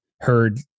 heard